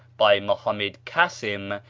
by mohammed cassim,